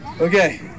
Okay